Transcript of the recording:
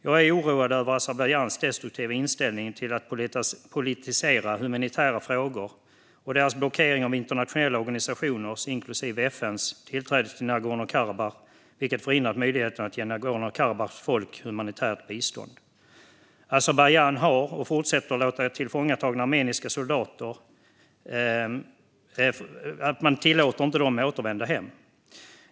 Jag är oroad över Azerbajdzjans destruktiva inställning till att politisera humanitära frågor och deras blockering av internationella organisationers, inklusive FN:s, tillträde till Nagorno-Karabach som också har blockerat möjligheten att ge Nagorno-Karabachs folk humanitärt bistånd. Azerbajdzjan har inte låtit och låter fortfarande inte tillfångatagna armeniska soldater återvända hem.